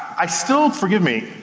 i still, forgive me,